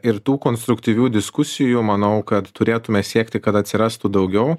ir tų konstruktyvių diskusijų manau kad turėtume siekti kad atsirastų daugiau